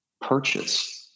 purchase